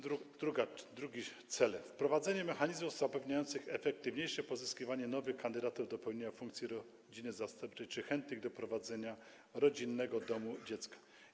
Drugi cel: wprowadzenie mechanizmów zapewniających efektywniejsze pozyskiwanie nowych kandydatów do pełnienia funkcji rodziny zastępczej czy chętnych do prowadzenia rodzinnego domu dziecka.